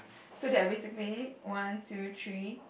so there are basically one two three